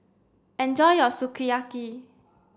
enjoy your Sukiyaki